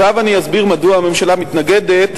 עכשיו אני מסביר מדוע הממשלה מתנגדת,